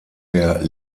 der